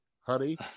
honey